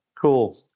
cool